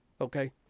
okay